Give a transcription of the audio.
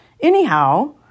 anyhow